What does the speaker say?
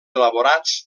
elaborats